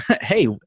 Hey